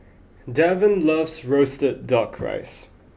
Devan loves roasted duck rice